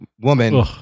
Woman